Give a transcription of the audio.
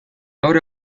gaur